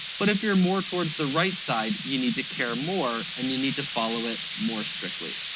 but if you're more towards the right side you need to care more and you need to follow it more strictly.